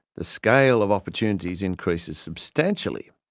the scale of opportunities increases substantially.